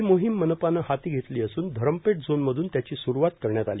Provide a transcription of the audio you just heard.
ही मोहीम मनपाने हाती धेतली असून धरमपेठ झोनमधून त्याची सुरुवात करण्यात आली